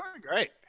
great